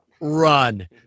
run